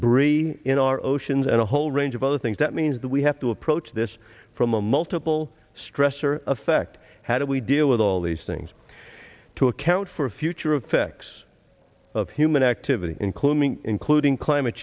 debris in our oceans and a whole range of other things that means that we have to approach this from a multiple stressor affect how do we deal with all these things to account for future affects of human activity including including climate